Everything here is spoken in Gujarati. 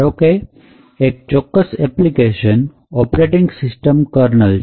ધારો કે એક ચોક્કસ એપ્લિકેશન ઓપરેટિંગ સિસ્ટમકર્નલ છે